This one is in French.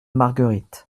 marguerite